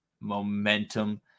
momentum